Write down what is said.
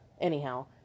anyhow